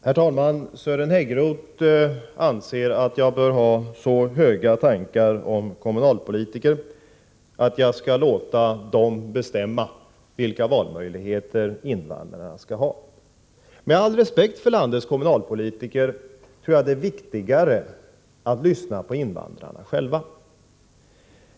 Herr talman! Sören Häggroth anser att jag bör ha så höga tankar om kommunalpolitiker att jag skall låta dem bestämma vilka valmöjligheter invandrarna skall ha. Med all respekt för landets kommunalpolitiker tror jag att det är viktigare att lyssna på invandrarna själva.